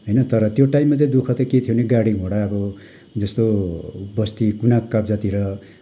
तर त्यो टाइममा चाहिँ दुःख चाहिँ के थियो भने गाडी घोडा अब जस्तो बस्ती कुना काप्चातिर